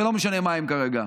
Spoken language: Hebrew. ולא משנה מהן כרגע.